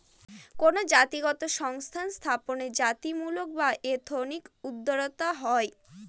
কোনো জাতিগত সংস্থা স্থাপনে জাতিত্বমূলক বা এথনিক উদ্যোক্তা হয়